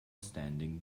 standing